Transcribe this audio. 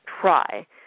try